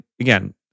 again